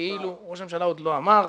כאילו ראש הממשלה עוד לא אמר.